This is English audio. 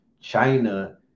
china